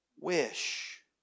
wish